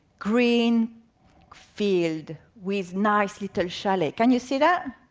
green field, with nice little chalet. can you see that?